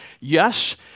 yes